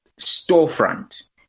storefront